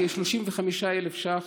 כ-35,000 ש"ח,